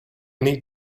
need